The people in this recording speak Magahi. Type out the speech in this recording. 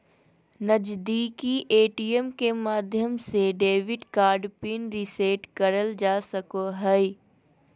नजीदीकि ए.टी.एम के माध्यम से डेबिट कार्ड पिन रीसेट करल जा सको हय